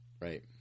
Right